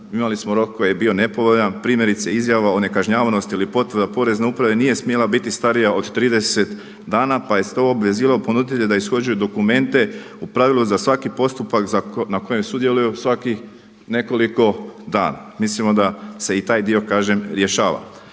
imali smo rok koji je bio nepovoljan, primjerice izjava o nekažnjavanosti ili potvrda Porezne uprave nije smjela biti starija od 30 dana pa je to obvezivalo ponuditelja da ishoduje dokumente u pravilu za svaki postupak na kojem sudjeluju svakih nekoliko dana. Mislimo da se i taj dio kažem rješava.